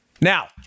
Now